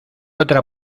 otra